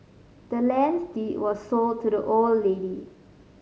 the land's deed was sold to the old lady